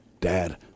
dad